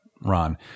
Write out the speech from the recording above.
Ron